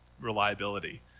reliability